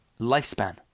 lifespan